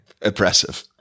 impressive